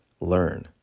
learn